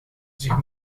zich